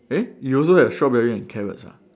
eh you also have strawberry and carrots ah